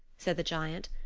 said the giant,